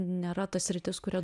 nėra ta sritis kuria